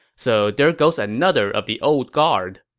so there goes another of the old guard.